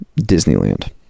disneyland